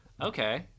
Okay